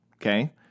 okay